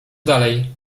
dalej